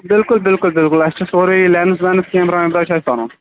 بِلکُل بِلکُل بِلکُل اَسہِ چھُ سورُے لیٚنٕز ویٚنٕز کیٚمرا ویٚمرا چھُ اَسہِ پَنُن